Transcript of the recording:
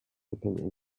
opinion